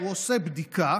הוא עושה בדיקה